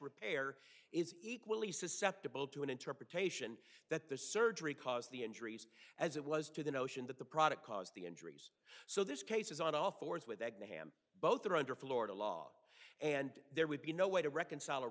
repair is equally susceptible to an interpretation that the surgery caused the injuries as it was to the notion that the product caused the injuries so this case is on all fours with the hammer both are under florida law and there would be no way to reconcile a